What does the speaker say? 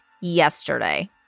yesterday